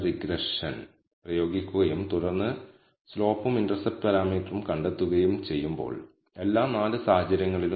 ഇപ്പോൾ നമ്മൾ നടത്തിയ എല്ലാ അളവുകളും ന്യായമായും നല്ലതാണെന്നും മോശം ഡാറ്റാ പോയിന്റുകളോ ഡാറ്റയിൽ നമ്മൾ ഔട്ട്ലൈയറുകൾ എന്ന് വിളിക്കുന്നതോ ഇല്ലെന്നും നമ്മൾ അനുമാനിക്കുന്നു